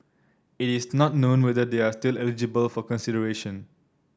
it is not known whether they are still eligible for consideration